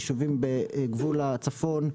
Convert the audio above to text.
יישובים בגבול הצפון,